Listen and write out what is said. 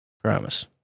Promise